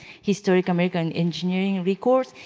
historic american engineering records.